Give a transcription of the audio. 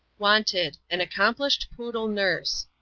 wanted, an accomplished poodle nurse.